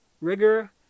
rigor